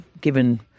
given